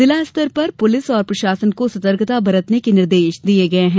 जिला स्तर पर पूलिस और प्रशासन को सतर्कता बरतने के निर्देश दिये गये है